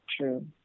true